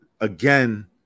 again